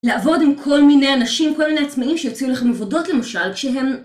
לעבוד עם כל מיני אנשים, כל מיני עצמאים שיוצאו לכם עבודות למשל, כשהם...